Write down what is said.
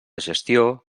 gestió